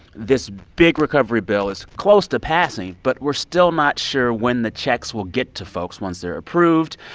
this big recovery bill is close to passing, but we're still not sure when the checks will get to folks once they're approved.